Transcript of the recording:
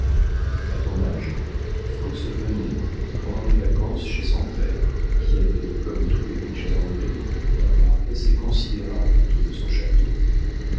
a ton âge fox venait pendant les vacances chez son père qui avait comme tous les riches anglais un parc assez considérable autour de son château